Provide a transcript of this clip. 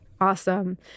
Awesome